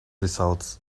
results